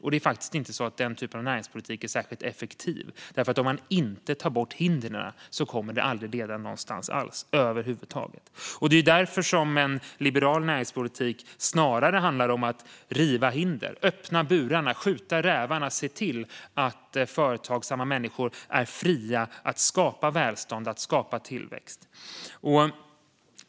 Och den typen av näringspolitik är faktiskt inte särskilt effektiv, för om man inte tar bort hindren kommer det aldrig att leda någonstans över huvud taget. Det är därför som en liberal näringspolitik snarare handlar om att riva hinder, öppna burarna, skjuta rävarna och se till att företagsamma människor är fria att skapa välstånd och tillväxt.